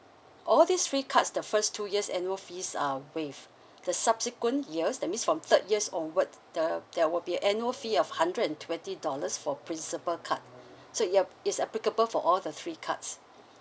all these three cards the first two years annual fees are waived the subsequent years that means from third years onwards the there will be a annual fee of hundred and twenty dollars for principle card so yup it's applicable for all the three cards